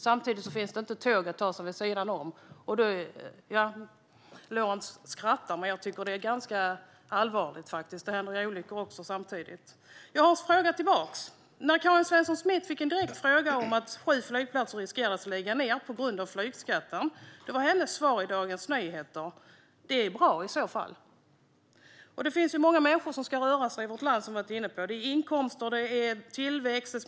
Samtidigt finns det inte tåg som man kan ta sig fram med på sidan om. Lorentz skrattar, men jag tycker faktiskt att det är ganska allvarligt. Samtidigt händer det olyckor. Jag har en fråga tillbaka. När Karin Svensson Smith fick en direkt fråga om att sju flygplatser riskerar att läggas ned på grund av flygskatten var hennes svar i Dagens Nyheter: Det är bra i så fall. Som jag har varit inne på finns det många människor som ska röra sig i vårt land. Det handlar om inkomster och tillväxt.